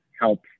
help